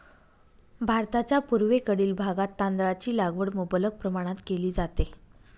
भारताच्या पूर्वेकडील भागात तांदळाची लागवड मुबलक प्रमाणात केली जाते